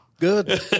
Good